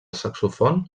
saxofon